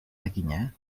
lakinya